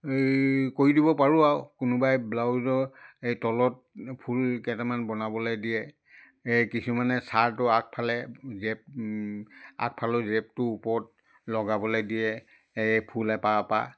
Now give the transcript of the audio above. এই কৰি দিব পাৰোঁ আৰু কোনোবাই ব্লাউজৰ এই তলত ফুল কেইটামান বনাবলৈ দিয়ে এই কিছুমানে চাৰ্টৰ আগফালে জেপ আগফালৰ জেপটোৰ ওপৰত লগাবলৈ দিয়ে এই ফুল এপাহ এপাহ